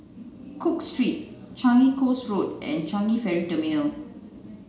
cook Street Changi Coast Road and Changi Ferry Terminal